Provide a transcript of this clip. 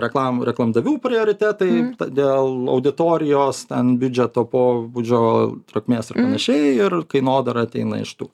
reklamų reklamdavių prioritetai dėl auditorijos ten biudžeto pobūdžio trukmės ar panašiai ir kainodara ateina iš tų